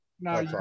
Now